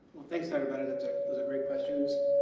thanks everybody great questions.